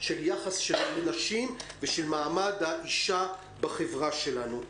של היחס כלפי נשים ושל מעמד האישה בחברה שלנו.